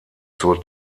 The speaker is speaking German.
zur